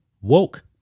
woke